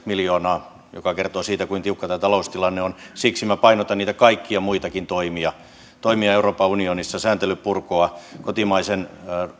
miljoonaa mikä kertoo siitä kuinka tiukka tämä taloustilanne on siksi minä painotan niitä kaikkia muitakin toimia toimia euroopan unionissa sääntelyn purkua kotimaisen